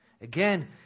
again